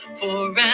forever